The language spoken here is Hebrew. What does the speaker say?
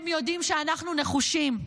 הם יודעים שאנחנו נחושים.